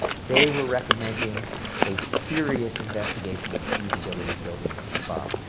they were recommending a serious investigation of the feasibility of building the bomb.